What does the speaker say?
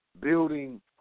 Building